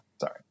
sorry